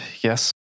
Yes